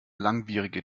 langwierige